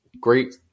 great